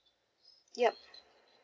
yup